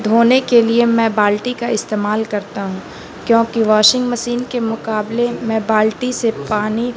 دھونے کے لیے میں بالٹی کا استعمال کرتا ہوں کیوںکہ واشنگ مسین کے مقابلے میں بالٹی سے پانی